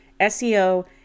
seo